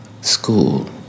school